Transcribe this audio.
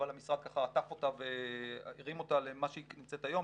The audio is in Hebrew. אבל המשרד עטף אותה והרים אותה למה שהיא נמצאת היום.